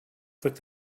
flick